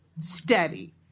steady